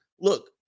look